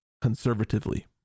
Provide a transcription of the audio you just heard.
conservatively